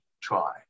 try